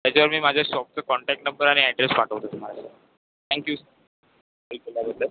त्याच्यावर मी माझ्या शॉपचं कॉंटॅक नंबर आणि अॅड्रेस पाठवतो तुम्हाला थॅंक्यू हे केल्याबद्दल